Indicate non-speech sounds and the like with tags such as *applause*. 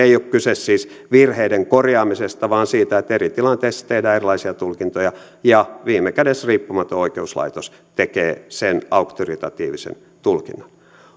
*unintelligible* ei siis ole kyse virheiden korjaamisesta vaan siitä että eri tilanteissa tehdään erilaisia tulkintoja ja viime kädessä riippumaton oikeuslaitos tekee sen auktoritatiivisen tulkinnan